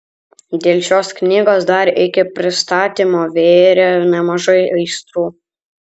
dėl šios knygos dar iki pristatymo virė nemažai aistrų